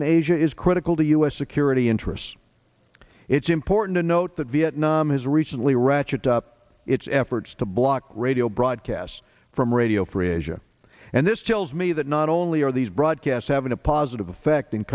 in asia is critical to u s security interests it's important to note that vietnam has recently ratcheted up its efforts to block radio broadcasts from radio free asia and this tells me that not only are these broadcasts having a positive effect